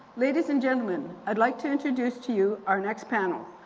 ladies and gentlemen, i'd like to introduce to you our next panel.